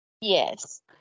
Yes